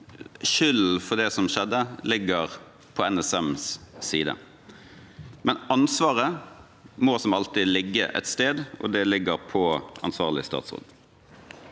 skylden for det som skjedde, ligger på NSMs side, men ansvaret må, som alltid, ligge et sted, og det ligger på ansvarlig statsråd.